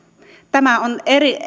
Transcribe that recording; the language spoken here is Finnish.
tämä on